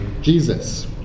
Jesus